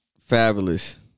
Fabulous